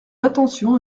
attention